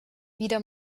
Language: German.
wieder